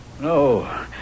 No